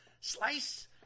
slice